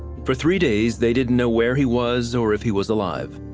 for three days they didn't know where he was or if he was alive.